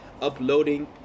uploading